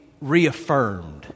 reaffirmed